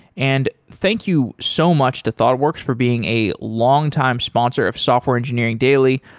and thank you so much to thoughtworks for being a longtime sponsor of software engineering daily.